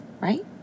Right